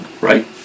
Right